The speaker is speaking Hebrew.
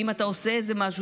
אם אתה עושה איזה משהו,